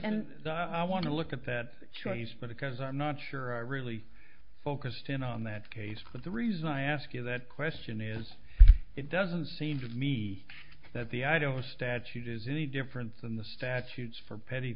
and i want to look at that choice but because i'm not sure i really focused in on that case but the reason i ask you that question is it doesn't seem to me that the idea was statute is any different than the statutes for petty